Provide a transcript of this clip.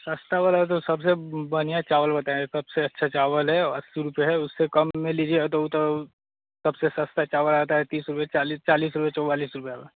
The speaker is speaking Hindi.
सस्ता वाला तो सबसे बनिया चावल होता है सबसे अच्छा चावल है औ अस्सी रुपये है उससे कम में लीजिएगा उ तो सबसे सस्ता चावल आता है तीस रुपये चालीस चालीस रुपये चौवालिस रुपये में